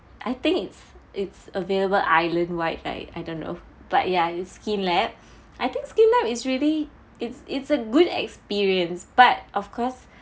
I think it's it's available island-wide right I don't know but ya it's Skin Lab I think Skin Lab is really it's it's a good experience but of course